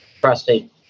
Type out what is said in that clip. prostate